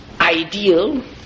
ideal